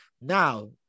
Now